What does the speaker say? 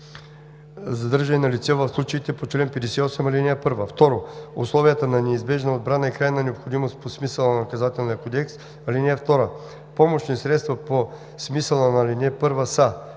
задържане на лице в случаите по чл. 58, ал. 1; 2. условията на неизбежна отбрана и крайна необходимост по смисъла на Наказателния кодекс. (2) Помощни средства по смисъла на ал. 1 са: